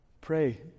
Pray